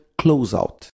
Closeout